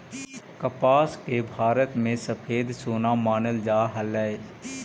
कपास के भारत में सफेद सोना मानल जा हलई